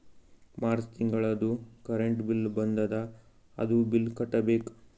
March ತಿಂಗಳದೂ current bill ಬಂದದ, ಅದೂ ಬಿಲ್ ಕಟ್ಟಬೇಕ್